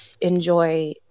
enjoy